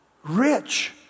rich